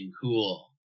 cool